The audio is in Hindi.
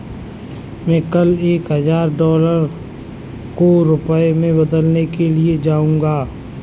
मैं कल एक हजार डॉलर को रुपया में बदलने के लिए जाऊंगा